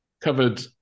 covered